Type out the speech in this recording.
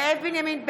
זאב בנימין בגין,